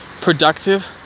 productive